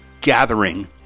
gathering